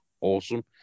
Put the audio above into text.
awesome